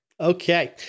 Okay